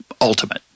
ultimate